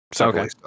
Okay